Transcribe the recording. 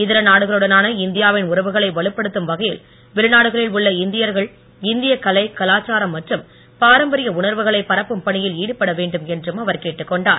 இதர நாடுகளுடனான இந்தியாவின் உறவுகளை வலுப்படுத்தும் வகையில் வெளிநாடுகளில் உள்ள இந்தியர்கள் இந்திய கலை கலாச்சாரம் மற்றும் பாரம்பரிய உணர்வுகளை பரப்பும் பணியில் ஈடுபட வேண்டும் என்றும் அவர் கேட்டுக் கொண்டார்